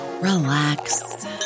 relax